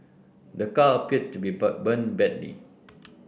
the car appeared to be but burnt badly